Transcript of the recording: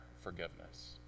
forgiveness